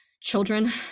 children